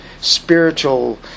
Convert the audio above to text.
spiritual